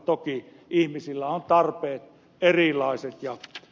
toki ihmisillä on erilaiset tarpeet